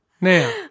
Now